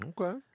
Okay